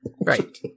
Right